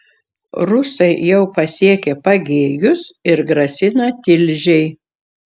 rusai jau pasiekė pagėgius ir grasina tilžei